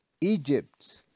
Egypt